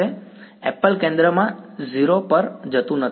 વિદ્યાર્થી Apple કેન્દ્રમાં 0 પર જતું નથી